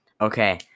Okay